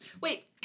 Wait